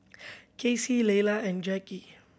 Kacy Leyla and Jackie